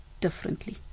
differently